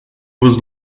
was